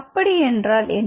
அப்படி என்றால் என்ன